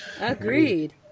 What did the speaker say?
Agreed